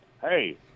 Hey